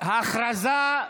הודעה,